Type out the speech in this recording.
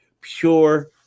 pure